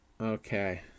Okay